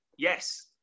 Yes